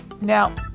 Now